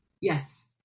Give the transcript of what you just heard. Yes